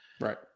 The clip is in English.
Right